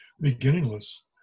beginningless